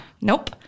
Nope